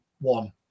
one